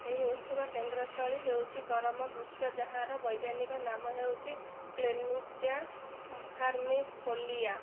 ଏହି ଉତ୍ସବର କେନ୍ଦ୍ରସ୍ଥଳୀ ହେଉଛି କରମ ବୃକ୍ଷ ଯାହାର ବୈଜ୍ଞାନିକ ନାମ ହେଉଛି କ୍ଳେନିକ ପାର୍ଭିଫୋଲିଆ